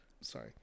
Sorry